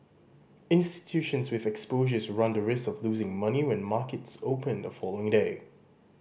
institutions with exposures run the risk of losing money when markets open the following day